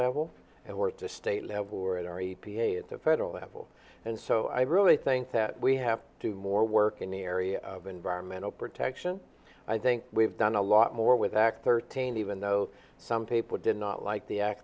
level and we're at the state level or at our e p a at the federal level and so i really think that we have to more work in the area of environmental protection i think we've done a lot more with act thirteen and even though some people did not like the act